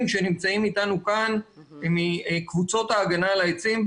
שנמצאים אתנו כאן מקבוצות ההגנה על העצים.